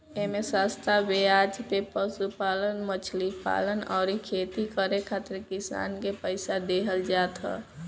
एमे सस्ता बेआज पे पशुपालन, मछरी पालन अउरी खेती करे खातिर किसान के पईसा देहल जात ह